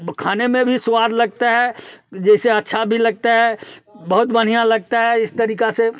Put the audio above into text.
खाने में भी स्वाद लगता है जैसे अच्छा भी लगता है बहुत बढ़िया लगता है इस तरीका से